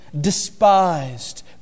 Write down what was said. despised